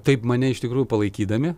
taip mane iš tikrųjų palaikydami